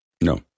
No